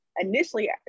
initially